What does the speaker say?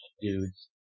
dudes